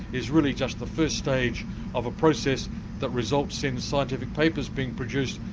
is really just the first stage of a process that results in scientific papers being produced,